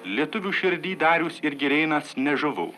lietuvių širdy darius ir girėnas nežuvau